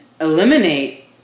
eliminate